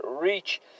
reach